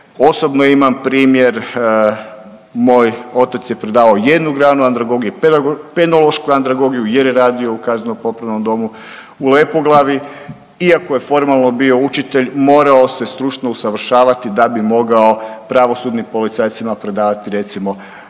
osobno imam primjer, moj otac je predavao jednu granu androgogije, penološku androgogiju jer je radio u Kazneno popravnom domu u Lepoglavi, iako je formalno bio učitelj morao se stručno usavršavati da bi mogao pravosudnim policajcima predavat recimo